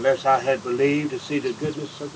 unless i had believed to see the goodness so